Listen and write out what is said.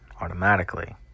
automatically